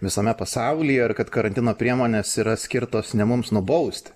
visame pasaulyje ir kad karantino priemonės yra skirtos ne mums nubaust